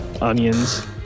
onions